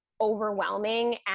overwhelming